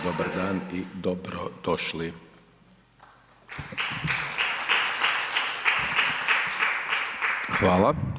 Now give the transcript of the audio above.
Dobar dan i dobrodošli. … Hvala.